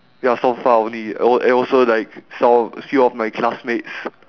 ya so far only oh and also like some few of my classmates